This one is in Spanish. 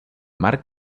mar